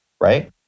right